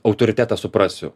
autoritetą suprasiu